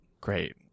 great